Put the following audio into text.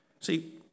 See